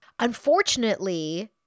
Unfortunately